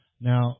Now